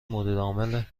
مدیرعامل